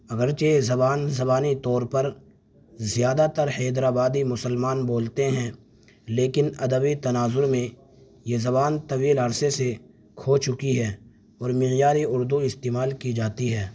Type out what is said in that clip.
اگرچہ یہ زبان زبانی طور پر زیادہ تر حیدر آبادی مسلمان بولتے ہیں لیکن ادبی تناظر میں یہ زبان طویل عرصے سے کھو چکی ہے اور معیاری اردو استعمال کی جاتی ہے